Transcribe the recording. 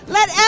Let